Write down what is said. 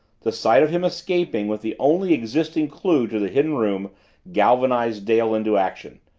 the sight of him escaping with the only existing clue to the hidden room galvanized dale into action.